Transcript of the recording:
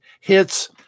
hits